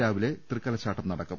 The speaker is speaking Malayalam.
രാവിലെ തൃക്കലശാട്ടം നടക്കും